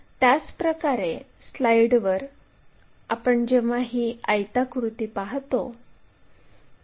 कारण आपण c ते d1 ही लांबी येथे स्थानांतरित केलेली आहे